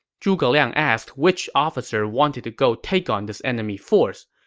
zhuge liang asked which officer wanted to go take on this enemy force.